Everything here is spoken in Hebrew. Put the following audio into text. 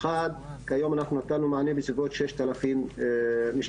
כיום שאנחנו נתנו מענה בסביבות ששת אלפים משתתפים,